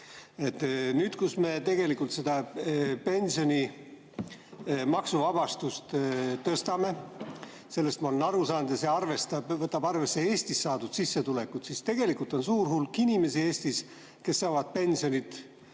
Nüüd me tegelikult seda pensioni maksuvabastuse [piiri] tõstame, sellest ma olen aru saanud. Ja see võtab arvesse Eestis saadud sissetulekut. Aga tegelikult on suur hulk inimesi Eestis, kes saavad pensioni